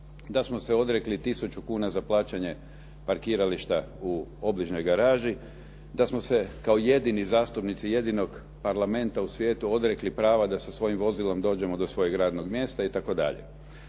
da smo se odrekli tisuću kuna za plaćanje parkirališta u obližnjoj garaži, da smo se kao jedini zastupnici kao jedinog parlamenta u svijetu odrekli prava da sa svojim vozilom dođemo do svog radnog mjesta itd.